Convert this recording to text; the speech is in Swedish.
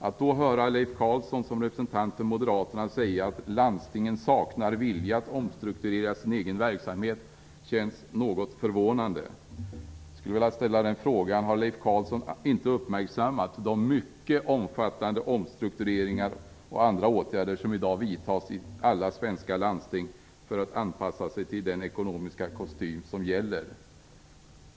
Att då höra Leif Carlson som representant för moderaterna säga att landstingen saknar vilja att omstrukturera sin egen verksamhet känns något förvånande. Har Leif Carlson inte uppmärksammat de mycket omfattande omstruktureringar och andra åtgärder som i dag vidtas i alla svenska landsting för att anpassa sig till den ekonomiska kostym som gäller?